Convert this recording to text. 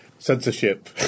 censorship